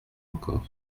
encore